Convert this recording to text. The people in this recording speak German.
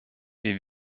wir